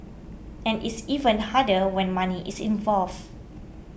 and it's even harder when money is involved